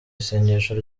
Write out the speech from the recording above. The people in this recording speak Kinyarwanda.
isengesho